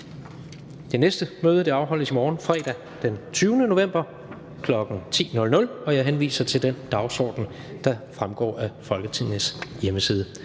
næste møde afholdes i morgen, fredag den 20. november 2020, kl. 10.00. Jeg henviser til den dagsorden, der fremgår af Folketingets hjemmeside.